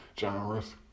genres